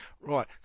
right